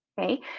Okay